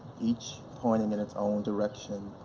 each pointing in its own direction,